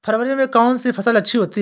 फरवरी में कौन सी फ़सल अच्छी होती है?